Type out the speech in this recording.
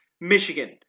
Michigan